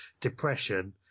depression